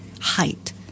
height